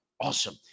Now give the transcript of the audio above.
awesome